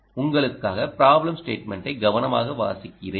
உங்களுக்காக பிராப்ளம் ஸ்டேட்மென்ட்டை கவனமாக வாசிக்கிறேன்